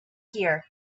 here